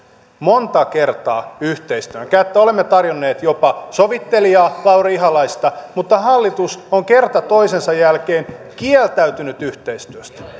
monta kertaa yhteistyötä olemme tarjonneet jopa sovittelijaa lauri ihalaista mutta hallitus on kerta toisensa jälkeen kieltäytynyt yhteistyöstä